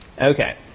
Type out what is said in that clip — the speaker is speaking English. Okay